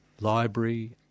library